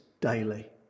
daily